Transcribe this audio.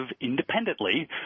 independently